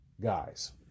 Guys